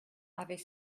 avait